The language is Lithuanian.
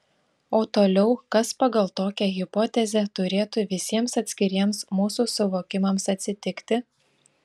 o toliau kas pagal tokią hipotezę turėtų visiems atskiriems mūsų suvokimams atsitikti